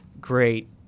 great